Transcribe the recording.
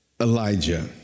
Elijah